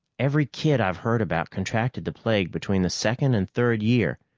every kid i've heard about contracted the plague between the second and third year.